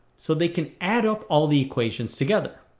so they can add up all the equations together.